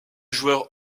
joueurs